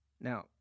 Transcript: Now